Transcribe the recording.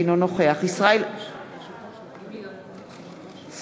אינו נוכח (קוראת בשמות חברי הכנסת) סליחה.